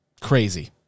Crazy